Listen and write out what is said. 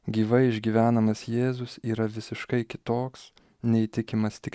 gyvai išgyvenamas jėzus yra visiškai kitoks neįtikimas tik